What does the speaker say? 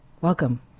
welcome